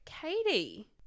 Katie